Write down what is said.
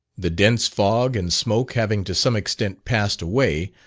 the dense fog and smoke having to some extent passed away,